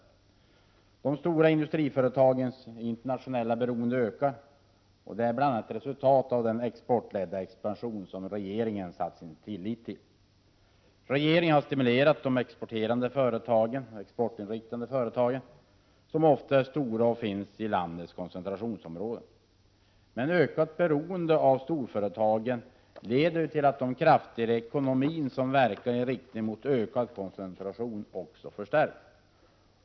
— 30 november 1987 De stora industriföretagens internationella beroende ökar, och det är bl.a. resultat av den exportledda expansion som regeringen har satt sin tillit till. Om åtgärder f ör att Regeringen har stimulerat de exportinriktade företagen, som ofta är stora främja småföretaganoch finns i landets koncentrationsområden. Men ökat beroende av storföredej tagen leder till att de krafter i ekonomin som verkar i riktning mot ökad koncentration också förstärks.